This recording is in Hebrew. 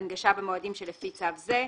ההנגשה במועדים שלפי צו זה,